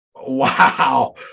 Wow